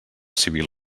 civil